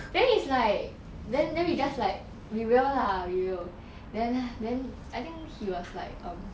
then is like then then we just like we will lah we will then then I think he was like um